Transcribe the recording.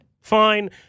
fine